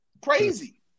crazy